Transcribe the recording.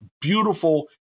beautiful